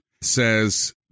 says